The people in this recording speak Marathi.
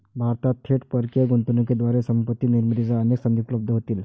भारतात थेट परकीय गुंतवणुकीद्वारे संपत्ती निर्मितीच्या अनेक संधी उपलब्ध होतील